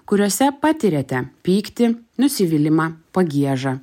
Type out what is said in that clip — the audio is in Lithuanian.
kuriose patiriate pyktį nusivylimą pagiežą